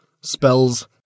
spells